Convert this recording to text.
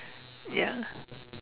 ya